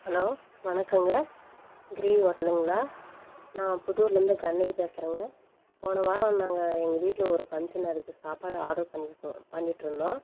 hello வணக்கங்க கிரி ஓட்டலுங்களா நான் புதூர்லருந்து கண்ணகி பேசுகிறேங்க போன வாரம் நாங்கள் எங்கள் வீட்டில் ஒரு பங்ஷன் அதுக்கு சாப்பாடு ஆர்ட்ரு பண்ணியிருக்றோம் பண்ணிட்டிருந்தோம்